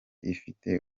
ifite